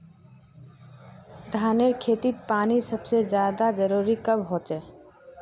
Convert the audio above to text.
धानेर खेतीत पानीर सबसे ज्यादा जरुरी कब होचे?